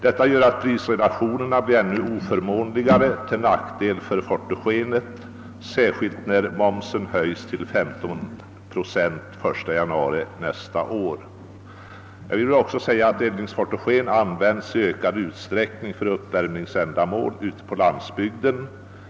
Detta gör att priset för fotogen blir ännu oförmånligare, speciellt när momsen den 1 januari nästa år höjs till 15 procent. Eldningsfotogen används i ökad utsträckning för uppvärmningsändamål i bostäder ute på landsbygden.